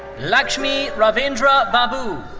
lakshmi ravindra babu.